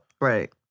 Right